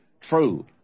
true